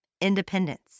independence